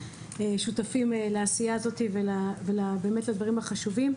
שותפים לעשייה הזו ולדברים החשובים.